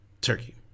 Turkey